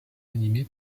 animé